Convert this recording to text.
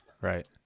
right